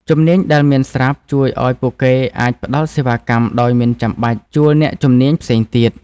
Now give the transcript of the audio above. ជំនាញដែលមានស្រាប់ជួយឱ្យពួកគេអាចផ្តល់សេវាកម្មដោយមិនចាំបាច់ជួលអ្នកជំនាញផ្សេងទៀត។